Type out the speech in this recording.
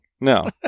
No